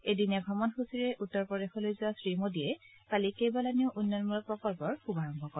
এদিনীয়া ভ্ৰমণসূচীৰে উত্তৰ প্ৰদেশলৈ যোৱা শ্ৰীমোডীয়ে কালি কেইবালানিও উন্নয়নমূলক প্ৰকল্পৰ শুভাৰম্ভ কৰে